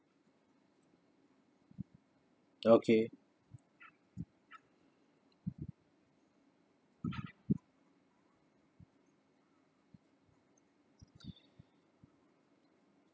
okay